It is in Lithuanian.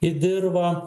į dirvą